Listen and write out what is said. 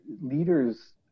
leaders